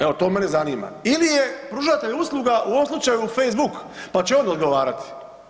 Evo, to mene zanima, ili je pružatelj usluga u ovom slučaju, Facebook, pa će on odgovarati?